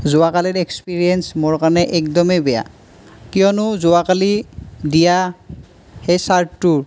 যোৱাকালিৰ experience মোৰ কাৰণে একদমেই বেয়া কিয়নো যোৱাকালি দিয়া সেই চাৰ্টটো